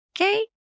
Okay